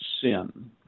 sin